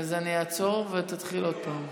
אז אני אעצור ותתחיל עוד פעם.